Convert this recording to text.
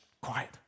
quiet